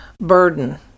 burden